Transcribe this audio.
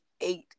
eight